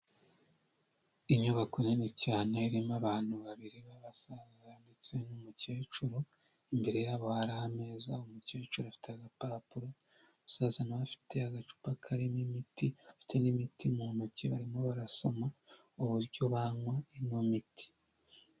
Inyubako nini cyane irimo abantu babiri b'abasaza ndetse n'umukecuru, imbere yabo hari ahantu heza, umukecuru afite agapapuro umusaza nawe afite agacupa karimo imiti, bafite n'imiti mu ntoki barimo barasoma uburyo banywa ino miti.